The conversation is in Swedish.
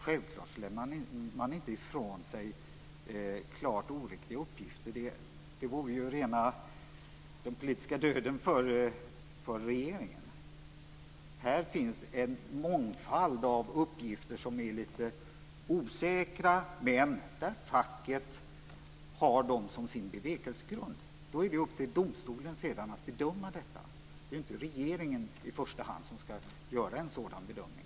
Självklart lämnar man inte ifrån sig klart oriktiga uppgifter. Det vore rena politiska döden för regeringen. Här finns en mångfald av uppgifter som är lite osäkra, men de utgör fackets bevekelsegrund. Sedan är det upp till domstolen att bedöma detta. Det är inte regeringen i första hand som skall göra en sådan bedömning.